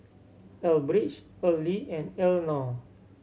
Elbridge Earley and Elenor